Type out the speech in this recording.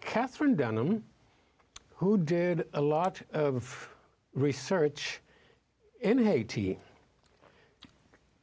katherine dunham who did a lot of research in haiti